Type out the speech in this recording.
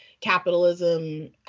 capitalism